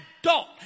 adult